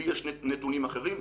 לי יש נתונים אחרים.